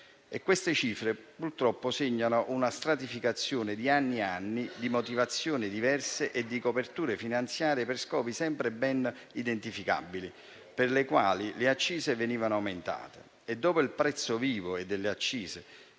queste cifre segnano una stratificazione di anni e anni di motivazioni diverse e di coperture finanziarie per scopi sempre ben identificabili, per le quali le accise venivano aumentate. Dopo il prezzo vivo e le accise